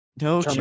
No